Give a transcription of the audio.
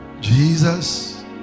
Jesus